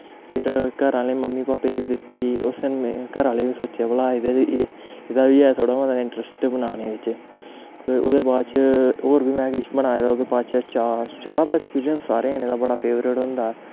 फिर घरै आह्लें मम्मी भापे गी बी दित्ती उस दिन घरै आह्लें बी सोचेआ भला एह्दा एह् एह्दा बी ऐ थोह्ड़ा मता इंट्रस्ट बनाने बिच्च ते ओह्दे बाद होर बी में किश बनाए दा ओह्दे बाद च चाह् चाह् दा ऐक्पीरियंस सारें जने दा बड़ा फेवरट होंदा